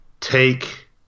take